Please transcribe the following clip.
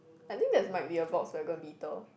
I think there might be a Volkswagen beetle